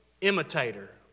imitator